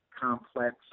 complex